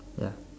ya